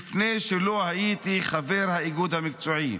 מפני שלא הייתי חבר האיגוד המקצועי,